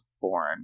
born